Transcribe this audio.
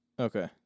Okay